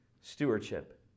stewardship